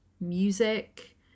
music